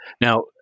Now